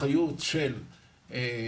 אחריות של רמ"י,